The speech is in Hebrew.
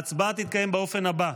ההצבעה תתקיים באופן הבא: